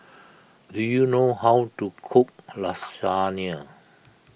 do you know how to cook Lasagne